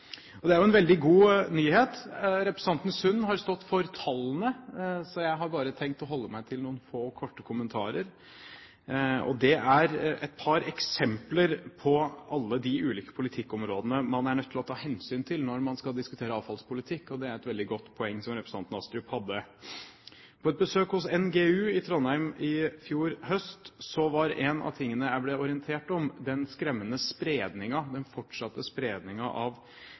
Det er jo en veldig god nyhet. Representanten Sund har stått for tallene, så jeg har bare tenkt å holde meg til noen få, korte kommentarer, og det er et par eksempler på alle de ulike politikkområdene man er nødt til å ta hensyn til når man skal diskutere avfallspolitikk. Det er et veldig godt poeng representanten Astrup hadde der. På et besøk hos Norges geologiske undersøkelse i Trondheim i fjor høst var en av de tingene jeg ble orientert om, den fortsatte, skremmende